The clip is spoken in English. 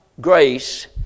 grace